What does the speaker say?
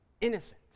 innocent